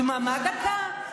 דממה דקה.